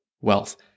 wealth